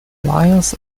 lions